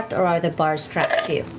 or are the bars trapped, too?